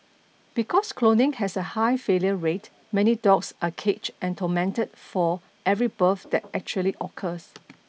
because cloning has a high failure rate many dogs are caged and tormented for every birth that actually occurs